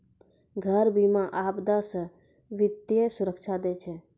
घर बीमा, आपदा से वित्तीय सुरक्षा दै छै